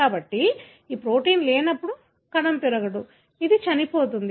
కాబట్టి ఈ ప్రోటీన్ లేనప్పుడు కణం పెరగదు అది చనిపోతుంది